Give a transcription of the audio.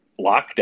lockdown